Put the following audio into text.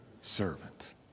servant